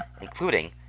including